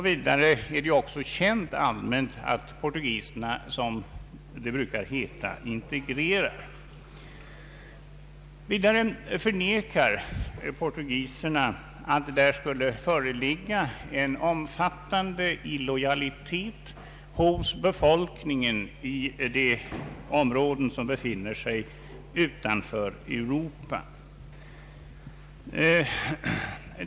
Likaså är det allmänt känt att portugiserna, som det brukar heta, integrerar. Vidare förnekar portugiserna att det skulle föreligga en omfattande illojalitet hos befolkningen i dess områden utanför Europa.